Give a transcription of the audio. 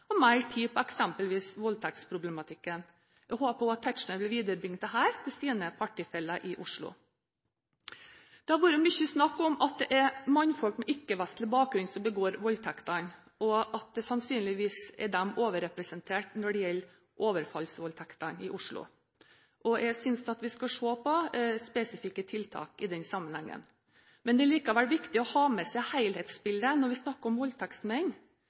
og mer tid på eksempelvis voldtektsproblematikken. Jeg håper også at Tetzschner vil viderebringe dette til sine partifeller i Oslo. Det har vært mye snakk om at det er mannfolk med ikke-vestlig bakgrunn som begår voldtektene, og at de sannsynligvis er overrepresentert når det gjelder overfallsvoldtektene i Oslo. Jeg synes vi skal se på spesifikke tiltak i den sammenhengen. Det er likevel viktig å ha med seg helhetsbildet når vi snakker om